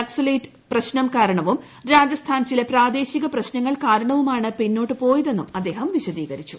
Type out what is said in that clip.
നക്സലൈറ്റ് പ്രശ്നകാരണവും രാജസ്ഥാൻ ചില പ്രാദേശിക പ്രശ്നങ്ങൾ കാരണവുമാണ് പിന്നോട്ട് പോയതെന്നും അദ്ദേഹം വിശദീകരിച്ചു